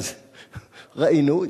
אז ראינו,